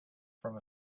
from